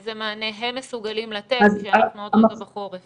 איזה מענה הם מסוגלים לתת כשאנחנו עוד רגע בחורף?